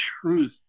truth